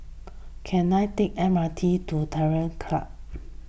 can I take M R T to Terror Club